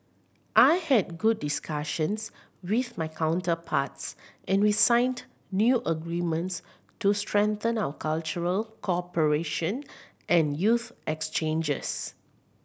I had good discussions with my counterparts and we signed new agreements to strengthen our cultural cooperation and youth exchanges